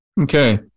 Okay